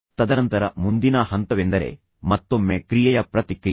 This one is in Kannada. ತದನಂತರ ಮುಂದಿನ ಹಂತವೆಂದರೆ ಮತ್ತೊಮ್ಮೆ ಕ್ರಿಯೆಯ ಪ್ರತಿಕ್ರಿಯೆ